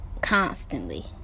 Constantly